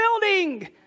building